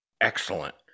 excellent